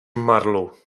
marlu